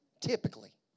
typically